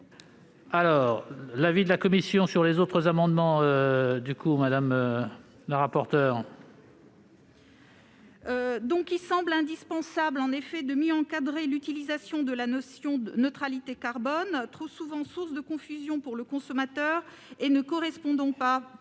est l'avis de la commission sur les autres amendements en discussion commune ? Il semble indispensable de mieux encadrer l'utilisation de la notion de neutralité carbone, trop souvent source de confusion pour le consommateur, et ne correspondant pas,